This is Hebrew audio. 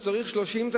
כשהוא צריך 30,